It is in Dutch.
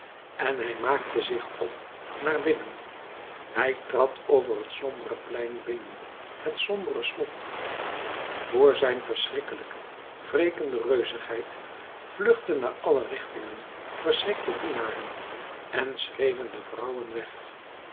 en hij maakte zich op naar binnen hij trad over het sombere plein binnen het sombere slot voor zijn verschrikkelijke wrekende reuzigheid vluchtten naar alle richtingen verschrikte dienaren en schreeuwende vrouwen weg